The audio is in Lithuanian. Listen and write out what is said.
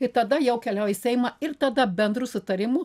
i tada jau keliauja į seimą ir tada bendru sutarimu